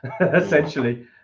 essentially